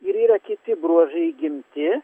ir yra kiti bruožai įgimti